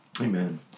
Amen